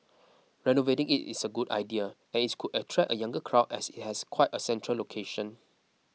renovating it is a good idea and it could attract a younger crowd as it has quite a central location